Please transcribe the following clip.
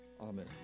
amen